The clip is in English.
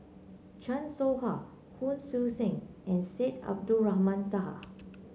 Chan Soh Ha Hon Sui Sen and Syed Abdulrahman Taha